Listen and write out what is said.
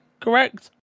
correct